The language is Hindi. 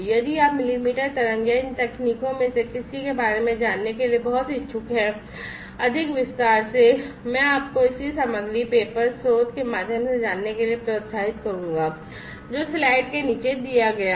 यदि आप मिलीमीटर तरंग या इन तकनीकों में से किसी के बारे में जानने के लिए बहुत इच्छुक हैं तो अधिक विस्तार से मैं आपको इसी सामग्री पेपर स्रोत के माध्यम से जाने के लिए प्रोत्साहित करूंगा जो स्लाइड के नीचे दिया गया है